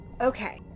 Okay